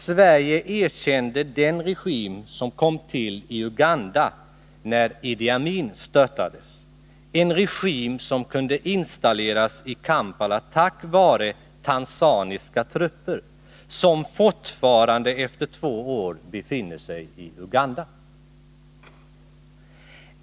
Sverige erkände den regim som kom till i Uganda när Idi Amin störtades, en regim som kunde installeras i Kampala tack vara tanzaniska trupper, som fortfarande efter två år befinner sig i Uganda.